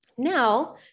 Now